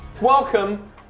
Welcome